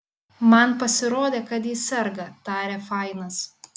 man pasirodė kad ji serga tarė fainas